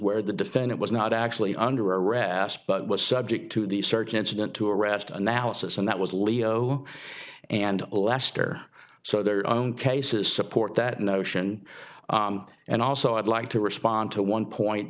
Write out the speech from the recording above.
where the defendant was not actually under arrest but was subject to the search incident to arrest analysis and that was leo and lester so their own cases support that notion and also i'd like to respond to one point